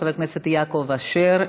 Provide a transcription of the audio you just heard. חבר הכנסת יעקב אשר,